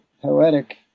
poetic